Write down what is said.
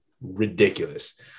Ridiculous